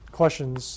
questions